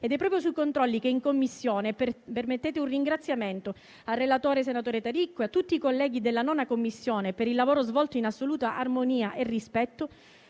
danno proprio al biologico. Permettetemi un ringraziamento al relatore, senatore Taricco, e a tutti i colleghi della 9a Commissione per il lavoro svolto in assoluta armonia e rispetto